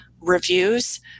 reviews